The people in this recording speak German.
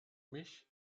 mich